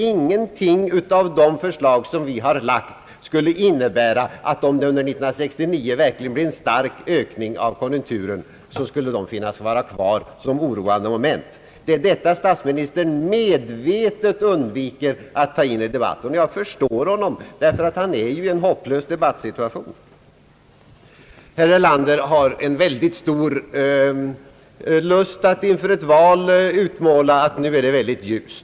Ingenting i de förslag som vi har framlagt skulle ipnehbära att om det under 1969 verkligen blev en stark förbättring av konjunkturen, skulle det finnas kvar som oroande moment. Det är detta som statsministern medvetet undviker att ta in i debatten. Jag förstår honom därför att han ju är i en hopplös debattsituation. Herr Erlander har en väldigt stor lust att inför ett val utmåla situationen som mycket ljus.